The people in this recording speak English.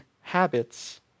habits